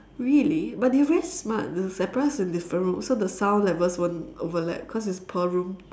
really but they are very smart they separate us in different rooms so the sound levels won't overlap cause it's per room